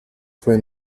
fue